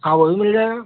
हाँ वह भी मिल जाएगा